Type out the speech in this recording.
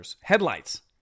headlights